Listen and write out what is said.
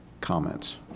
comments